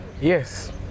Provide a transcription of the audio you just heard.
Yes